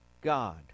God